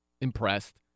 impressed